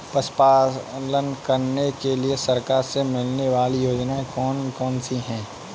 पशु पालन करने के लिए सरकार से मिलने वाली योजनाएँ कौन कौन सी हैं?